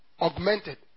augmented